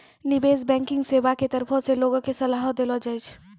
निबेश बैंकिग सेबा के तरफो से लोगो के सलाहो देलो जाय छै